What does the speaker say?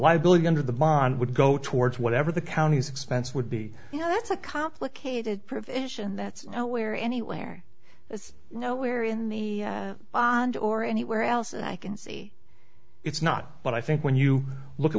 liability under the bond would go towards whatever the county's expense would be you know that's a complicated provision that's nowhere anywhere it's nowhere in the bond or anywhere else i can see it's not but i think when you look at